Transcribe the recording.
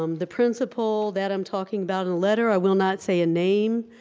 um the principal that i'm talking about in a letter, i will not say a name,